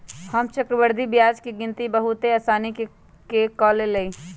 हम चक्रवृद्धि ब्याज के गिनति बहुते असानी से क लेईले